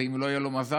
ואם לא יהיה לו מזל,